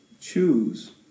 choose